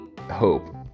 hope